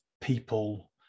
people